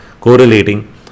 correlating